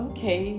Okay